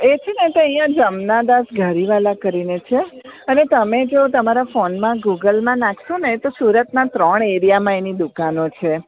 એ છે ને તે અહીં જ્મનાદાસ ઘારીવાલા કરીને છે અને તમે જો તમારા ફોનમાં ગુગલમાં નાખશોને તો સુરતમાં ત્રણ એરિયામાં એની દુકાનો છે